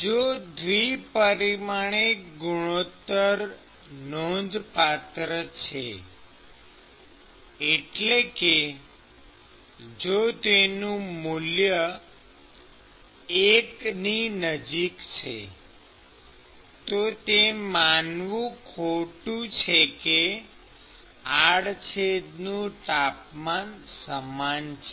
જો દ્વિ પરિમાણિક ગુણોત્તર નોંધપાત્ર છે એટલે કે જો તેનું મૂલ્ય એકની નજીક છે તો તે માનવું ખોટું છે કે આડછેદનું તાપમાન સમાન છે